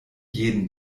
jeden